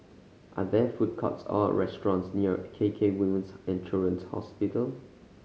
are there food courts or restaurants near K K Women's And Children's Hospital